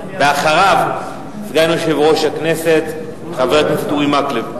אחריו, סגן יושב-ראש הכנסת חבר הכנסת אורי מקלב.